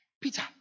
peter